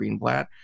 Greenblatt